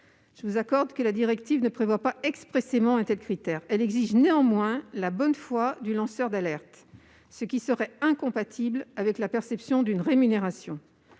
directe. Si la directive ne prévoit pas expressément un tel critère, elle exige néanmoins la bonne foi du lanceur d'alerte, ce qui serait incompatible avec la perception d'une rémunération.